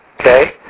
okay